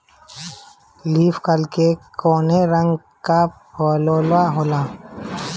Leaf curl में कौने रंग का फफोला होला?